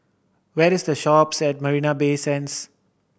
where is The Shoppes at Marina Bay Sands